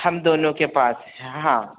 हम दोनों के पास हाँ